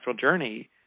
journey